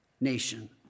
Nation